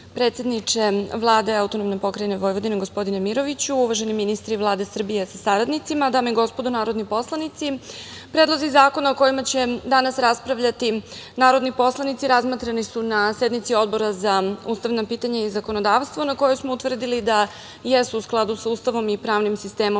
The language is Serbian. predsedniče Vlade AP Vojvodine, gospodine Miroviću, uvaženi ministri Vlade Srbije sa saradnicima, dame i gospodo narodni poslanici, predlozi zakona o kojima će danas raspravljati narodni poslanici razmatrani su na sednici Odbora za ustavna pitanja i zakonodavstvo na kojoj smo utvrdili da jesu u skladu sa Ustavom i pravnim sistemom